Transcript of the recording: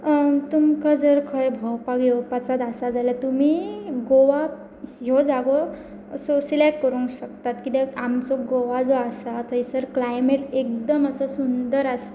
तुमकां जर खंय भोंवपाक येवपाचोच आसा जाल्यार तुमी गोवा ह्यो जागो सिलेक्ट करूंक शकतात कित्याक आमचो गोवा जो आसा थंयसर क्लायमेट एकदम असो सुंदर आसता